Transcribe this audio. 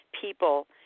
people